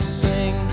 sing